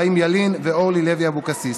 חיים ילין ואורלי לוי אבקסיס.